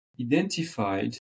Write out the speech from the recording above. identified